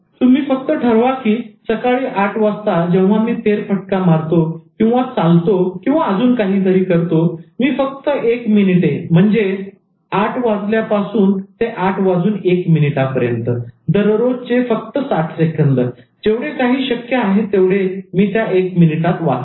तुम्ही फक्त ठरवा की सकाळी आठ वाजता जेव्हा मी फेरफटका मारतो चालतो किंवा अजून काहीतरी करतो मी फक्त एक मिनिट 800 ते 801 दररोजचे फक्त साठ सेकंद जेवढे काही शक्य आहे तेवढे मी त्या एक मिनिटात वाचणार